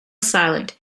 silent